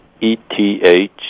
ETH